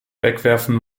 wegwerfen